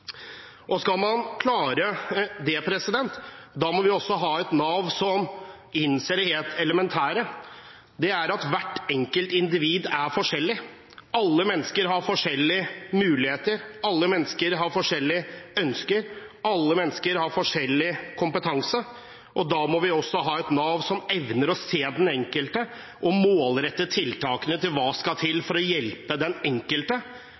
Skal man klare det, må man også ha et Nav som innser det helt elementære, og det er at hvert enkelt individ er unikt. Mennesker har forskjellige muligheter, mennesker har forskjellige ønsker, mennesker har forskjellig kompetanse. Da må vi også ha et Nav som evner å se den enkelte og målrette tiltakene etter hva som skal til for å hjelpe den enkelte